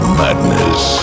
madness